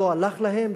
לא הלך להם,